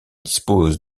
dispose